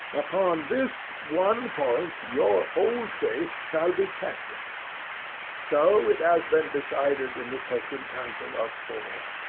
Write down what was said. upon this one point your whole faith shall be tested so it has been decided in the sacred council of four.